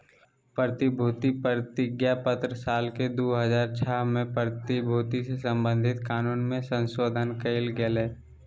प्रतिभूति प्रतिज्ञापत्र साल के दू हज़ार छह में प्रतिभूति से संबधित कानून मे संशोधन कयल गेलय